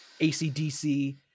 ACDC